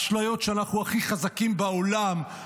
אשליות שאנחנו הכי חזקים בעולם,